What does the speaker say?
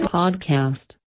podcast